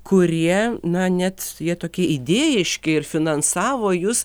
kurie na net jie tokie idėjiški ir finansavo jus